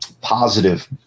positive